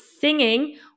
singing